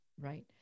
right